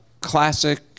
classic